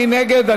מי נגד?